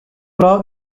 law